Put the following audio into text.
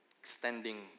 extending